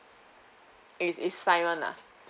it is fine one lah